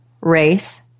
race